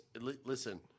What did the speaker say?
Listen